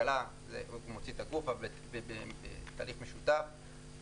זה תהליך משותף עם משרד הכלכלה.